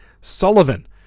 Sullivan